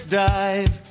dive